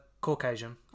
Caucasian